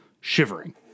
shivering